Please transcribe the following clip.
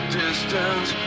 distance